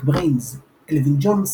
באתר MusicBrainz אלווין ג'ונס,